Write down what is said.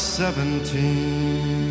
seventeen